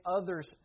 others